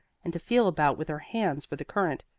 and to feel about with her hands for the current.